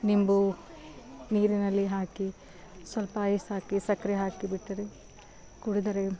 ನಿಂಬು ನೀರಿನಲ್ಲಿ ಹಾಕಿ ಸ್ವಲ್ಪ ಐಸ್ ಹಾಕಿ ಸಕ್ಕರೆ ಹಾಕಿ ಬಿಟ್ಟರೆ ಕುಡಿದರೆ